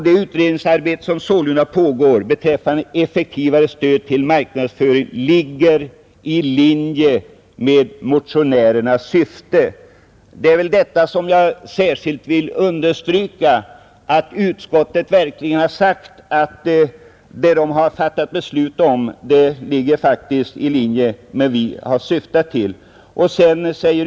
Det utredningsarbete som sålunda pågår beträffande effektivare stöd till marknadsföring ligger, enligt utskottet, i linje med motionärernas syfte. Jag vill särskilt understryka att utskottet säger i sin skrivning att utskottsbetänkandet ligger i linje med motionärernas syfte.